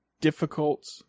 difficult